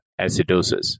acidosis